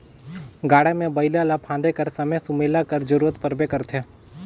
गाड़ा मे बइला ल फादे कर समे सुमेला कर जरूरत परबे करथे